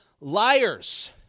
liars